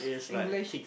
English